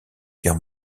guerre